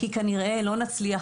כנראה שלא נצליח,